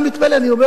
אני מתפלא.